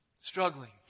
struggling